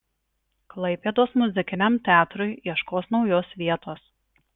klaipėdos muzikiniam teatrui ieškos naujos vietos